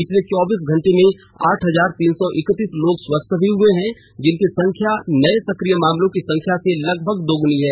पिछले चौबीस घंटों में आठ हजार तीन सौ एकतिस लोग स्वस्थ हुए हैं जिसकी संख्या नये सक्रिय मामले की संख्या से लगभग दोगुनी है